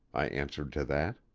i answered to that.